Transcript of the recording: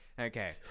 Okay